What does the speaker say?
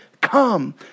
come